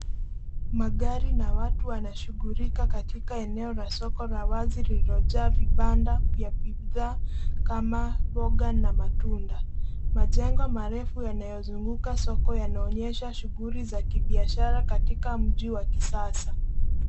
Magari na watu wanashughulika katika eneo la soko la wazi lililojaa vibanda vya bidhaa kama mboga na matunda. Majengo marefu yanayozunguka soko yanaonyesha shughuli za kibiashara katika mji wa kisasa.